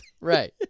Right